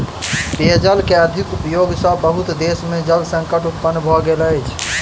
पेयजल के अधिक उपयोग सॅ बहुत देश में जल संकट उत्पन्न भ गेल अछि